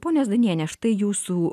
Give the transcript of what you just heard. ponia zdaniene štai jūsų